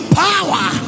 power